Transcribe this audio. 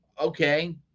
okay